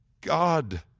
God